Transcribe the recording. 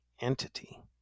entity